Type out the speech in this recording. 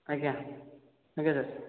ଆଜ୍ଞା ଆଜ୍ଞା ସାର୍